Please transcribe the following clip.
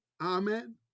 Amen